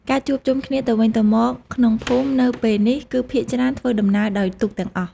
ការជួបជុំគ្នាទៅវិញទៅមកក្នុងភូមិនៅពេលនេះ គឺភាគច្រើនធ្វើដំណើរដោយទូកទាំងអស់។